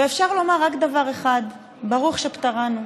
ואפשר לומר רק דבר אחד: ברוך שפטרנו.